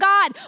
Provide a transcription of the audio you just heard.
God